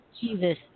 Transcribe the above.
Jesus